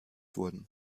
wurden